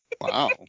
Wow